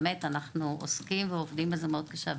באמת אנחנו עוסקים ועובדים בזה מאוד קשה,